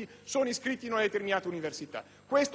studenti iscritti in una determinata università. Questo non è un criterio meritocratico.